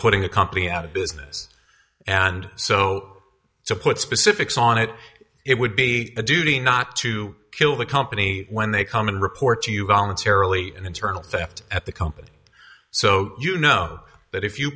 putting a company out of business and so to put specifics on it it would be a duty not to kill the company when they come in to report you voluntarily and internal theft at the company so you know that if you